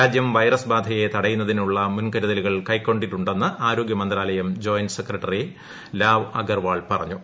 രാജ്യം വൈറസ് ബാധയെ തടയുന്നതിനുള്ള മുൻകരുതലുകൾ കൈക്കൊണ്ടിട്ടുണ്ടെന്ന് ആരോഗ്യമന്ത്രാലയം ജോയിന്റ് സെക്രട്ടറി ലാവ് അഗർവാൾ പറഞ്ഞു